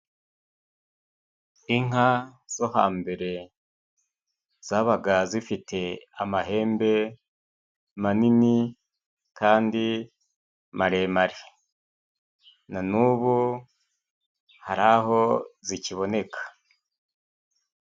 Inka zo hambere zabaga zifite amahembe manini kandi maremare. Na n'ubu hari aho zikiboneka.